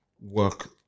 work